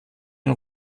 ein